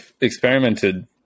experimented